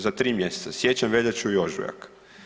Za 3 mjeseca, siječanj, veljaču i ožujak.